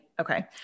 Okay